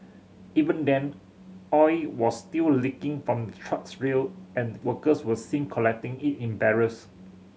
even then oil was still leaking from truck's real and workers were seen collecting it in barrels